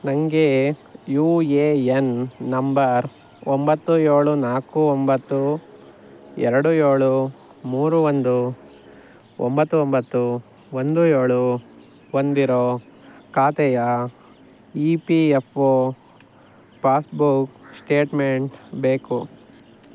ನನಗೆ U A N number ಒಂಬತ್ತು ಏಳು ನಾಲ್ಕು ಒಂಬತ್ತು ಎರಡು ಏಳು ಮೂರು ಒಂದು ಒಂಬತ್ತು ಒಂಬತ್ತು ಒಂದು ಏಳು ಹೊಂದಿರೋ ಖಾತೆಯ E P F O passbook statement ಬೇಕು